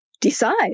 decide